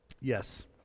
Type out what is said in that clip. Yes